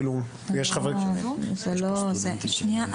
שנייה.